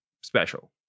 special